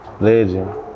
legend